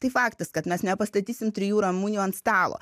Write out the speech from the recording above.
tai faktas kad mes nepastatysim trijų ramunių ant stalo